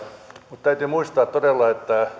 mutta täytyy muistaa todella